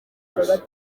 iki